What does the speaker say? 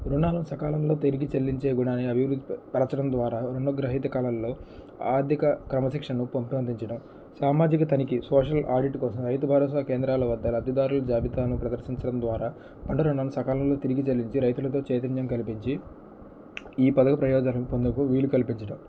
రుణాలను సకాలంలో తిరిగి చెల్లించే గుణాన్ని అభివృద్ధి పరచడం ద్వారా రుణ గ్రహీత కళల్లో ఆర్థిక క్రమశిక్షణను పెంపొందించడం సామాజిక తనిఖీ సోషల్ ఆడిట్ కోసం రైతు భరోసా కేంద్రాల వద్ద లబ్దిదారుల జాబితాను ప్రదర్శించడం ద్వారా పంట రుణాలను సకాలంలో తిరిగి చెల్లించి రైతులతో చైతన్యం కల్పించి ఈ పదవి ప్రయోజనం పొందుకు వీలు కల్పించడం